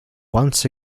once